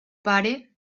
pare